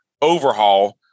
overhaul